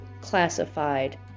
classified